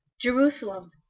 Jerusalem